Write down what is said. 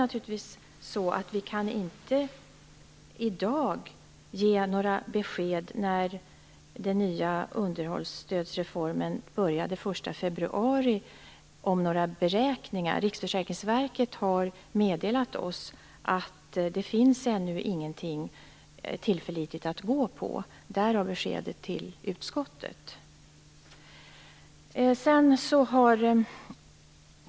Naturligtvis kan vi inte i dag ge några besked om några beräkningar, eftersom underhållsstödsreformen trädde i kraft den 1 februari. Riksförsäkringsverket har meddelat oss att det ännu inte finns något tillförlitligt underlag. Därav beskedet till utskottet.